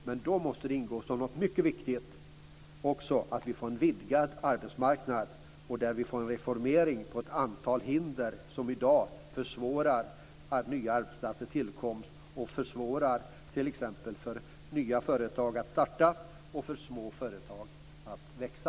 Men då måste det som något mycket viktigt också ingå en vidgad arbetsmarknad och en reformering av ett antal hinder som i dag försvårar tillkomsten av nya arbetsplatser, som försvårar t.ex. startandet av nya företag och som hindrar små företag att växa.